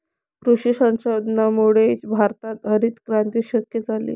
कृषी संशोधनामुळेच भारतात हरितक्रांती शक्य झाली